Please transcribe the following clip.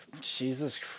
Jesus